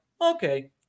okay